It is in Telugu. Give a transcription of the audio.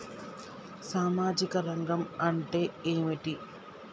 సామాజిక రంగం అంటే ఏమిటి?